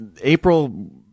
April